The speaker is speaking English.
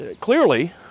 clearly